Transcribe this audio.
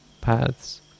paths